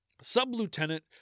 Sub-Lieutenant